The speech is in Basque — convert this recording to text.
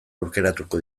aukeratuko